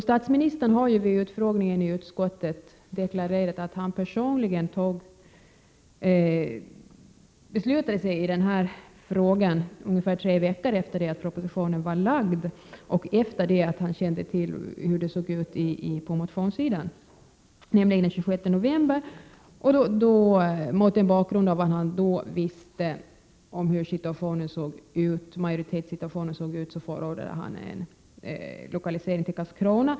Statsministern har vid utfrågningen i utskottet deklarerat att han personligen beslutade sig i denna fråga ungefär tre veckor efter det att propositionen hade framlagts och efter det att han hade fått kännedom om hur det såg ut på motionssidan, nämligen den 26 november. Mot bakgrund av vad han visste om hur majoriteten såg ut, förordade han en utlokalisering till Karlskrona.